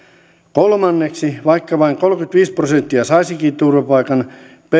kolmanneksi vaikka vain kolmekymmentäviisi prosenttia saisikin turvapaikan